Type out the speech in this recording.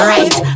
Right